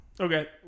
Okay